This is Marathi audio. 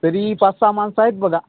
तरी पाच सहा माणसं आहेत बघा